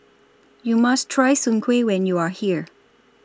YOU must Try Soon Kway when YOU Are here